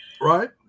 right